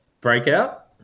breakout